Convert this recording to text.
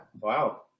Wow